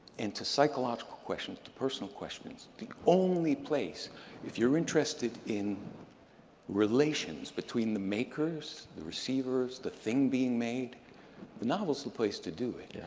and to psychological questions, the personal questions. the only place if you're interested in relations between the makers, the receivers, the thing being made the novel's the place to do it.